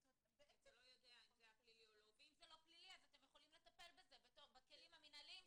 אז כבר היינו בשיח הזה וכבר בכינו את הבכי על